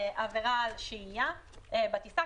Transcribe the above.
עבירה על שהייה בטיסה,